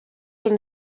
from